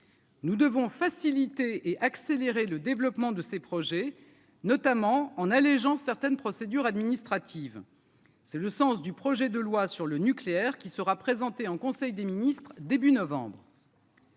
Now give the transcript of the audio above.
Nous devons faciliter et accélérer le développement de ces projets, notamment en allégeant certaines procédures administratives, c'est le sens du projet de loi sur le nucléaire, qui sera présenté en conseil des ministres début novembre.